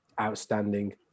outstanding